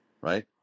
right